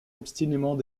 obstinément